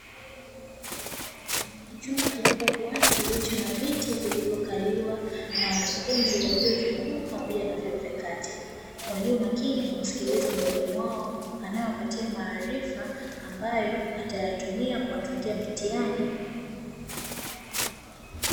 Chumba kikubwa kilicho na viti vilivyokaliwa na wanafunzi wa vyuo vikuu, pamoja na vyuo vya kati, walio makini kumsikiliza mwalimu wao anaye wapatia maarifa ambayo atayatumia kuwatungia mitihani.